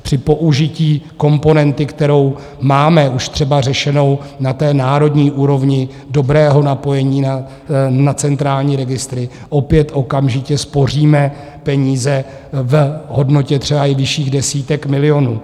Při použití komponenty, kterou máme už třeba řešenou na národní úrovni, dobrého napojení na centrální registry, opět okamžitě spoříme peníze v hodnotě třeba i vyšších desítek milionů.